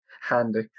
Handy